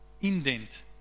indent